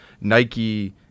Nike